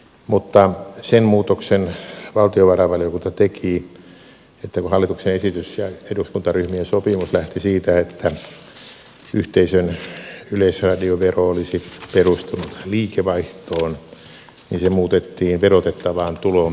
mutta sen muutoksen valtiovarainvaliokunta teki että kun hallituksen esitys ja eduskuntaryhmien sopimus lähti siitä että yhteisön yleisradiovero olisi perustunut liikevaihtoon niin se muutettiin verotettavaan tuloon perustuvaksi